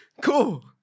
Cool